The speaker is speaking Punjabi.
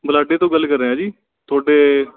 ਬੁਲਾਢੇ ਤੋਂ ਗੱਲ ਰਿਹਾ ਜੀ ਤੁਹਾਡੇ